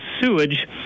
sewage